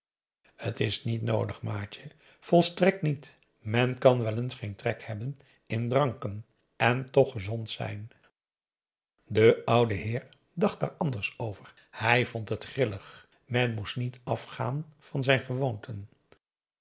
t is niet noodig maatje volstrekt niet men kan wel eens geen trek hebben in dranken en toch gezond zijn de oude heer dacht daar anders over hij vond het grillig men moest niet afgaan van zijn gewoonten